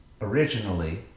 originally